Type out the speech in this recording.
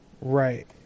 Right